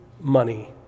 money